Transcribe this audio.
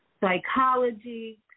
psychology